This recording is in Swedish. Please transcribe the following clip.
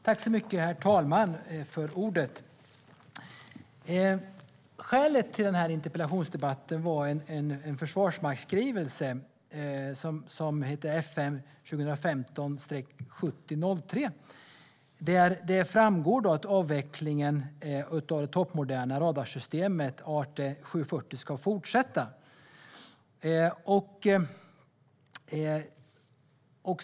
Herr talman! Skälet till denna interpellation är en försvarsmaktsskrivelse som heter FM 2015-7003. Det framgår där att avvecklingen av det toppmoderna radarsystemet ArtE 740 ska fortsätta.